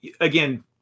Again